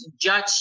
judge